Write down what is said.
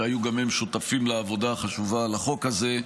שהיו גם הן שותפות לעבודה החשובה על החוק הזה,